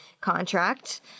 contract